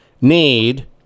need